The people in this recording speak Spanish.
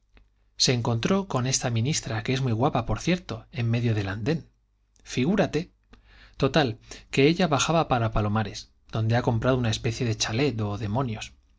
se encontró con esa ministra que es muy guapa por cierto en medio del andén figúrate total que ella bajaba para palomares donde ha comprado una especie de chalet o demonios